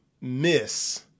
miss